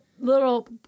Little